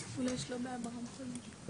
מבחינת שב"ס, יש לכם בית מרקחת.